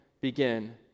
begin